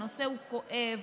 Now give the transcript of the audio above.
הנושא הוא כואב,